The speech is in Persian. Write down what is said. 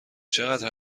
چقدر